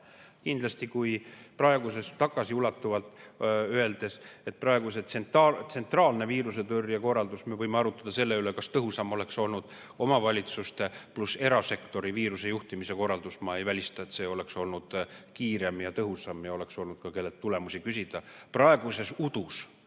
Kindlasti, kui vaadata praegust tsentraalset viirusetõrjekorraldust, siis me võime arutada selle üle, kas tõhusam oleks olnud omavalitsuste pluss erasektori viiruse[tõrje] juhtimise korraldus. Ma ei välista, et see oleks olnud kiirem ja tõhusam, ja oleks olnud ka kelleltki tulemusi küsida. Praeguses udus,